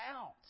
out